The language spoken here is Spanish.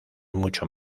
mucho